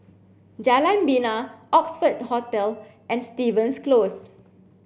Jalan Bena Oxford Hotel and Stevens Close